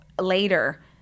Later